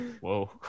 whoa